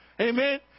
Amen